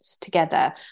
together